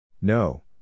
No